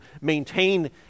maintain